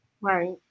Right